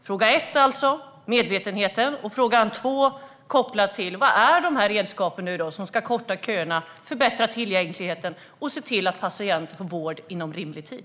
Fråga ett gäller alltså medvetenheten, och fråga två handlar om vilka redskap det är som ska korta köerna, förbättra tillgängligheten och se till att patienter får vård inom rimlig tid.